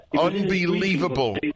Unbelievable